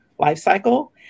lifecycle